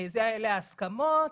אלה ההסכמות.